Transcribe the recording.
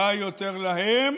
רע יותר להם,